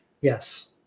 Yes